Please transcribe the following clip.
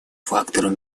фактором